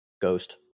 ghost